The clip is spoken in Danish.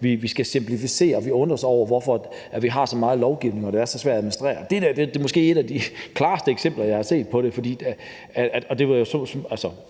vi skal simplificere, og at vi undrer os over, at vi har så meget lovgivning, når det er så svært at administrere det. Det her er måske et af de klareste eksempler, jeg har set på det. Det er måske